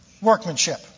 workmanship